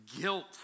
guilt